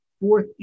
fourth